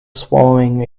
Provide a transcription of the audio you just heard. swallowing